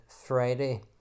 Friday